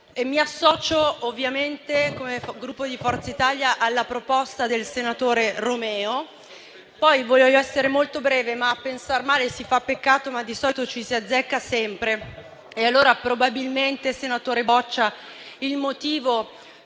Mi associo, come Gruppo Forza Italia, alla proposta del senatore Romeo. Voglio essere molto breve. A pensar male si fa peccato, ma di solito ci si azzecca sempre. Probabilmente, senatore Boccia, il motivo